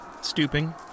stooping